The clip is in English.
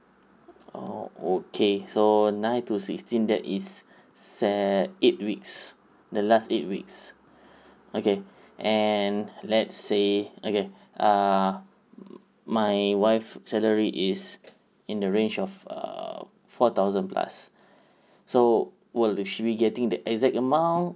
orh okay so nine to sixteen that is eh eight weeks the last eight weeks okay and let's say okay err my wife salary is in the range of err four thousand plus so what she'll be getting the exact amount